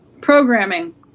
programming